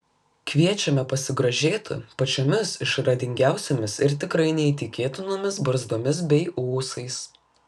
kviečiame pasigrožėti pačiomis išradingiausiomis ir tikrai neįtikėtinomis barzdomis bei ūsais